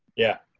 yeah,